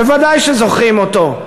בוודאי שזוכרים אותו.